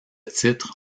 titre